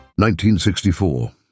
1964